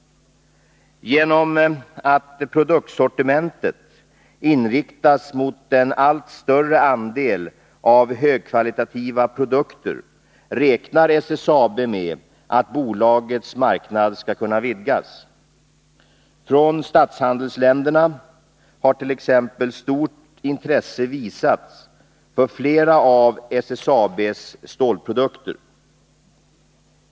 Genom att produktsortimentet inriktas mot en allt större andel av högkvalitativa produkter räknar SSAB med att bolagets marknad skall kunna vidgas. Från statshandelsländerna har t.ex. stort intresse visats för flera av SSAB:s stålprodukter.